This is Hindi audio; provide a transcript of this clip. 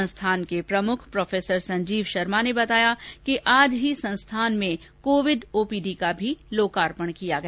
संस्थान के प्रमुख प्रोफेसर संजीव शर्मा ने बताया कि आज ही संस्थान में कोविड ओपीडी का भी लोकार्पण किया गया